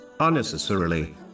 unnecessarily